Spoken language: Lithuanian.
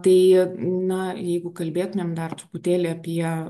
tai na jeigu kalbėtumėm dar truputėlį apie